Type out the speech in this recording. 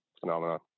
phenomenon